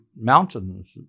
mountains